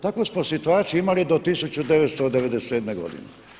Takvu smo situaciju imali do 1997. godine.